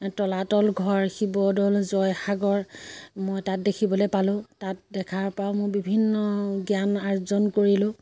তলাতল ঘৰ শিৱদৌল জয়সাগৰ মই তাত দেখিবলৈ পালোঁ তাত দেখাৰ পৰা মই বিভিন্ন জ্ঞান আৰ্জন কৰিলোঁ